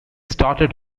started